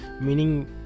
meaning